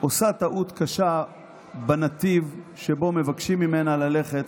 עושה טעות קשה בנתיב שבו מבקשים ממנה ללכת,